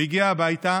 הוא הגיע הביתה